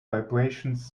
vibrations